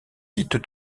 sites